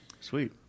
Sweet